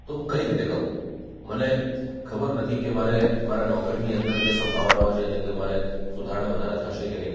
તો હું કઈ રીતે કરું મને ખબર નથી કે મારે મારા નોકરીની અંદર જે સંભાવનાઓ છે એની અંદર મારે સુધારણા વધારા થશે કે નહીં